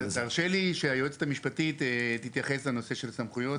תרשה לי לתת ליועצת המשפטית להתייחס לנושא הסמכויות,